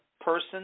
person